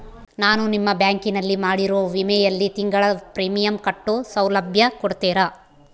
ನಾನು ನಿಮ್ಮ ಬ್ಯಾಂಕಿನಲ್ಲಿ ಮಾಡಿರೋ ವಿಮೆಯಲ್ಲಿ ತಿಂಗಳ ಪ್ರೇಮಿಯಂ ಕಟ್ಟೋ ಸೌಲಭ್ಯ ಕೊಡ್ತೇರಾ?